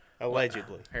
allegedly